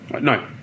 No